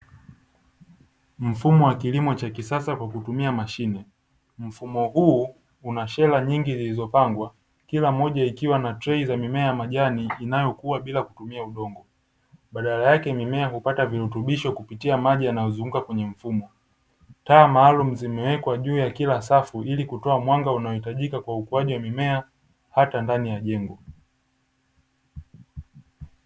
Mfumo wa kilimo cha kisasa kwa kutumia mashine. Mfumo huu una shela nyingi zilizopangwa kilamoja ikiwa na trei za mimea ya majani inayokua bila kutumia udongo badala yake mimea hupata virutubisho kupitia maji yanayozunguka kwenye mfumo, taa maalumu zimewekwa juu ya kila safu ilikutoa mwanga unaohitajika kwa ukuwaji wa mimea hata ndani ya jengo.